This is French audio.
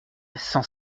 cent